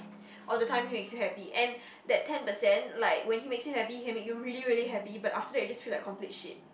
or the time he makes you happy and that ten percent like when he makes you happy he will make you really really happy but after that you just feel like complete shit